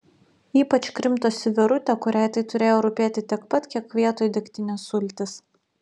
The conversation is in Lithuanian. ypač krimtosi verutė kuriai tai turėjo rūpėti tiek pat kiek vietoj degtinės sultys